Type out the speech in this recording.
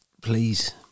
please